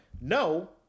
No